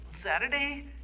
Saturday